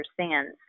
understands